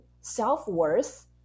self-worth